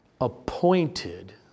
appointed